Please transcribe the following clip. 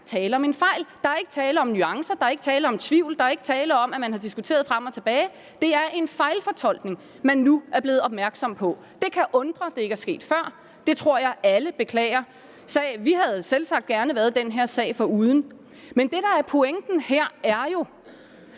at der var tale om en fejl. Der er ikke tale om nuancer, der er ikke tale om tvivl, der er ikke tale om, at man har diskuteret frem og tilbage: Det er en fejlfortolkning, man nu er blevet opmærksom på. Det kan undre, at det ikke er sket før, og det tror jeg alle beklager. Vi havde selvsagt gerne været den her sag foruden. Men det, der er pointen her, er jo,